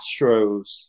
Astros